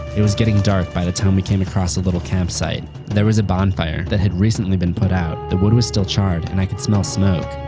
it was getting dark by the time we came across a little campsite. there was a bonfire that had recently been put out, the wood was still charred and i could smell smoke.